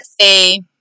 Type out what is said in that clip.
say